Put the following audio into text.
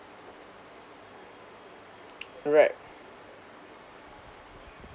right